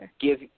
give